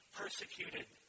persecuted